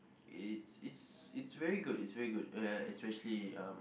it's it's it's very good it's very good uh especially um